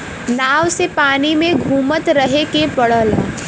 नाव से पानी में घुमत रहे के पड़ला